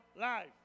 life